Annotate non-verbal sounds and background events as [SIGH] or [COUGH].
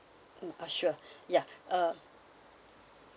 mm ah sure [BREATH] ya uh